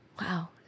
Wow